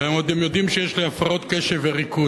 והם עוד יודעים שיש לי הפרעות קשב וריכוז,